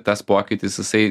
tas pokytis jisai